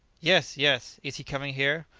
yes, yes is he coming here?